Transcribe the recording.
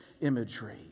imagery